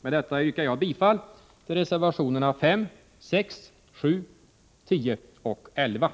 Med detta yrkar jag bifall till reservationerna 5, 6, 7, 10 och åt